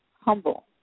humble